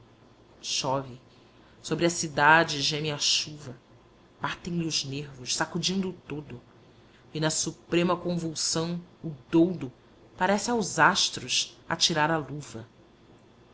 chove sobre a cidade geme a chuva batem lhe os nervos sacudindo o todo e na suprema convulsão o doudo parece aos astros atirar a luva